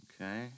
Okay